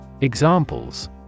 Examples